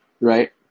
right